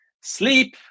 sleep